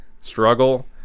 struggle